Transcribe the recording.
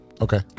Okay